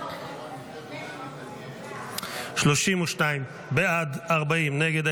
32 בעד, 40 נגד.